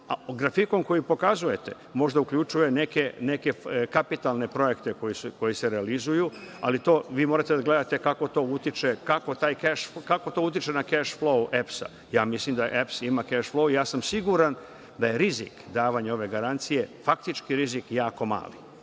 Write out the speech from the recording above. Grafikom koji pokazujete možda uključuje neke kapitalne projekte koji se realizuju, ali morate da gledate kako to utiče na keš flou EPS-a. Ja mislim da EPS ima keš flou. Siguran sam da je rizik davanja ove garancije faktički rizik jako mali.